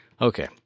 Okay